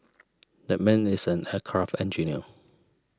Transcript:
that man is an aircraft engineer